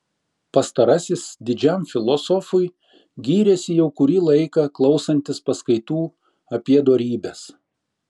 pastarasis didžiam filosofui gyrėsi jau kurį laiką klausantis paskaitų apie dorybes